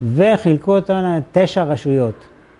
וחילקו אותנו לתשע רשויות.